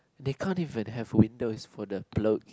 they can't even have windows for the gloat